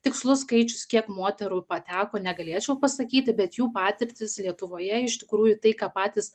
tikslus skaičius kiek moterų pateko negalėčiau pasakyti bet jų patirtys lietuvoje iš tikrųjų tai ką patys